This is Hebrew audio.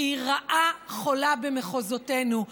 שהן רעה חולה במחוזותינו,